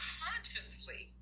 consciously